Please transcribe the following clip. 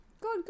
Good